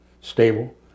stable